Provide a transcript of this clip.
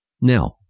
Now